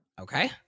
Okay